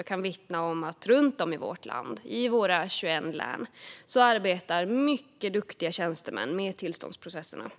Jag kan vittna om att runt om i vårt land, i våra 21 län, arbetar mycket duktiga tjänstemän med tillståndsprocesserna.